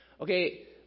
Okay